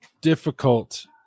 difficult